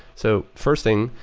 so first thing,